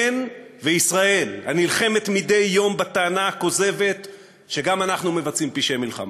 הן וישראל הנלחמת מדי יום בטענה הכוזבת שגם אנחנו מבצעים פשעי מלחמה.